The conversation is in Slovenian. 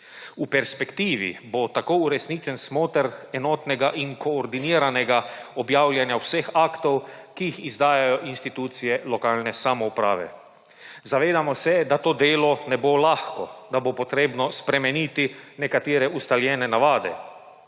V perspektivi bo tako uresničen smoter enotnega in koordiniranega objavljanja vseh aktov, ki jih izdajajo institucije lokalne samouprave. Zavedamo se, da to delo ne bo lahko, da bo potrebno spremeniti nekatere ustaljene navade.